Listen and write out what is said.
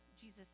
Jesus